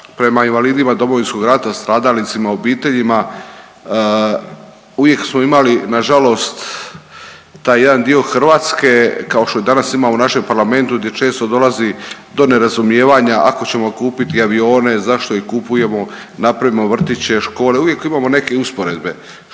prema invalidima Domovinskog rata stradalnicima, obiteljima uvijek smo imali na žalost taj jedan dio Hrvatske kao što danas ima u našem Parlamentu gdje često dolazi do nerazumijevanja ako ćemo kupiti avione zašto ih kupujemo, napravimo vrtiće, škole, uvijek imamo neke usporedbe